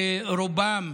שרובם